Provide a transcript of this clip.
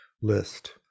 list